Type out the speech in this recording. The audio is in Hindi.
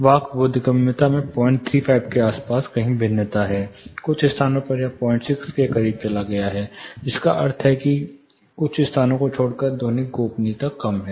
वाक् बोधगम्यता में 035 के आसपास कहीं भिन्नता है कुछ स्थानों पर यह 06 के करीब चला गया जिसका अर्थ है कि कुछ स्थानों को छोड़कर ध्वनिक गोपनीयता कम है